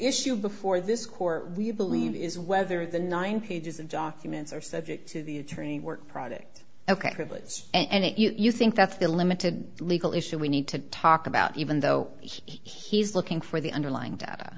issue before this court we believe is whether the nine pages of documents are subject to the attorney work product ok and it you think that's the limited legal issue we need to talk about even though he's looking for the underlying data